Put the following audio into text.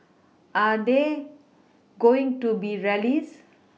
are they going to be rallies